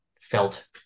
felt